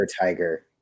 tiger